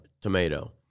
tomato